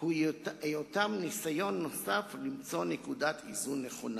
הוא היותם ניסיון נוסף למצוא נקודת איזון נכונה.